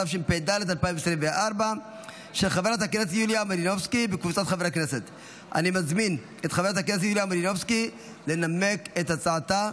התשפ"ד 2024. אני מזמין את חברת הכנסת יוליה מלינובסקי לנמק את הצעתה,